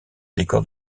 décors